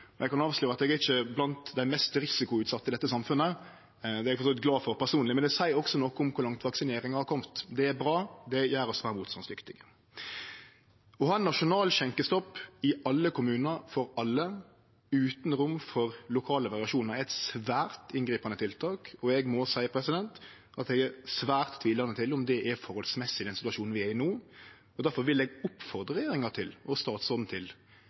Eg kan avsløre at eg ikkje er blant dei mest risikoutsette i dette samfunnet. Det er eg for så vidt glad for personleg, men det seier også noko om kor langt vaksineringa er komen. Det er bra, det gjer oss meir motstandsdyktige. Å ha nasjonal skjenkestopp i alle kommunar, for alle, utan rom for lokale variasjonar, er eit svært inngripande tiltak, og eg må seie at eg er svært tvilande til om det er forholdsmessig i den situasjonen vi er i no. Difor vil eg oppfordre regjeringa og statsråden til